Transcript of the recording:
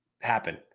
happen